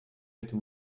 êtes